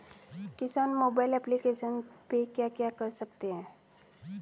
किसान mobile application पे क्या क्या कर सकते हैं?